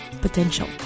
potential